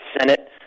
Senate